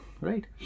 Right